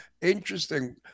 Interesting